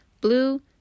blue